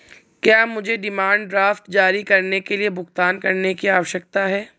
क्या मुझे demand draft जारी करने के लिए भुगतान करने की आवश्यकता है?